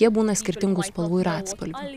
jie būna skirtingų spalvų ir atspalvių